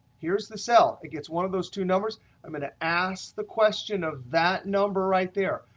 here's the cell. it gets one of those two numbers i'm going to ask the question of that number right there.